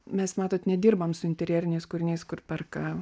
mes matot nedirbam su interjeriniais kūriniais kur perka